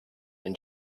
and